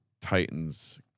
Titans